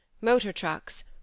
motor-trucks